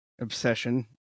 obsession